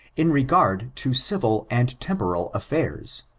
in regard to civil and temporal affairs,